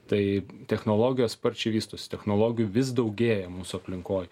tai technologijos sparčiai vystosi technologijų vis daugėja mūsų aplinkoje